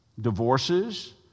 divorces